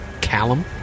Callum